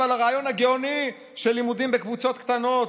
על הרעיון הגאוני של לימודים בקבוצות קטנות.